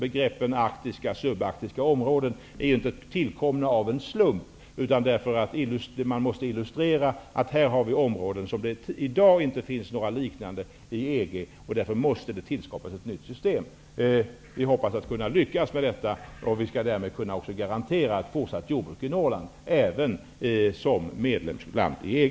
Begreppen arktiska och subarktiska områden är ju inte tillkomna av en slump, utan för att illustrera att det här finns områden som i dag inte har någon motsvarighet i EG. Därför måste ett nytt system tillskapas. Vi hoppas att vi skall lyckas med detta, och därmed kunna garantera ett fortsatt jordbruk i Norrland, även om Sverige blir medlemsland i EG.